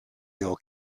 your